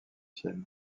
ciel